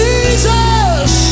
Jesus